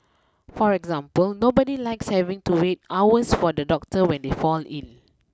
for example nobody likes having to wait hours for the doctor when they fall ill